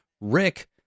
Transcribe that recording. Rick